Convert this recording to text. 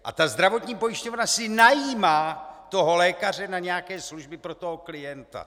A ta zdravotní pojišťovna si najímá toho lékaře na nějaké služby pro toho klienta.